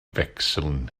wechseln